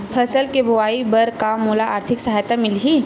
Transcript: फसल के बोआई बर का मोला आर्थिक सहायता मिलही?